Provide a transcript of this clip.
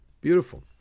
Beautiful